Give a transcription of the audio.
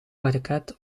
parket